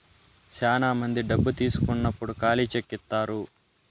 శ్యానా మంది డబ్బు తీసుకున్నప్పుడు ఖాళీ చెక్ ఇత్తారు